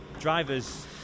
drivers